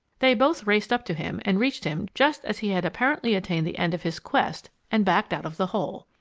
they both raced up to him and reached him just as he had apparently attained the end of his quest and backed out of the hole.